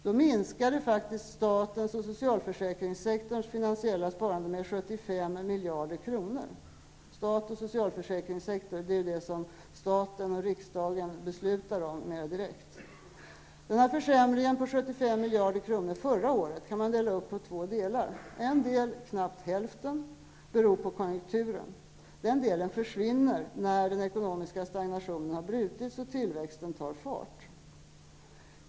Då minskade statens och socialförsäkringssektorns finansiella sparande med 75 miljarder kronor. Stat och socialförsäkringssektor, det är det som staten, riksdagen, beslutar om mer direkt. Denna försämring på 75 miljarder kronor förra året kan delas upp i två delar. En del, knappt hälften, beror på konjunkturen. Denna del försvinner när den ekonomiska stagnationen brutits och tillväxten tar fart.